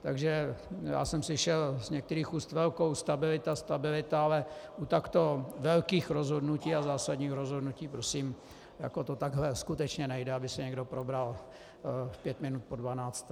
Takže já jsem slyšel z některých úst velkou stabilita, stabilita, ale u takto velkých rozhodnutí a zásadních rozhodnutí prosím, to takhle skutečně nejde, aby se někdo probral pět minut po dvanácté.